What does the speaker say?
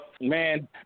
man